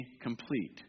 complete